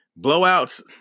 blowouts